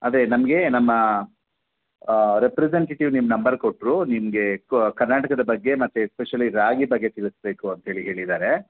ಅದೇ ನಮಗೆ ನಮ್ಮ ರೆಪ್ರೆಸೆಂಟೇಟಿವ್ ನಿಮ್ಮ ನಂಬರ್ ಕೊಟ್ಟರು ನಿಮಗೆ ಕರ್ನಾಟಕದ ಬಗ್ಗೆ ಮತ್ತೆ ಎಸ್ಪೆಷಲಿ ರಾಗಿ ಬಗ್ಗೆ ತಿಳಿಸಬೇಕು ಅಂತೇಳಿ ಹೇಳಿದ್ದಾರೆ